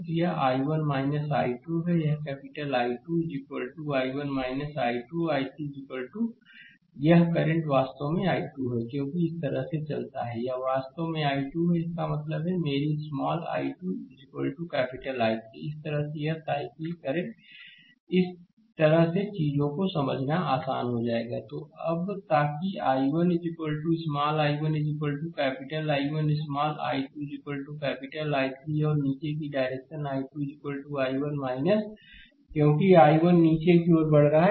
तो यह I1 I2 है यह कैपिटल I2 है I1 I2 और I3 यह करंट वास्तव में I2 है क्योंकि यह इस तरह चलता है यह वास्तव में I2 है इसका मतलब है मेरी स्मॉल I2 कैपिटल I3 इस तरह से यह साइक्लिक करंट इस तरह से चीजों को समझना आसान हो जाएगा तो अब ताकि I1 small I1 capital I1 small I2 capital I3 और नीचे की डायरेक्शन I2 I1 क्योंकि I1 नीचे की ओर बढ़ रहा है